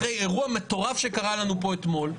אחרי אירוע מטורף שקרה לנו פה אתמול,